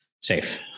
Safe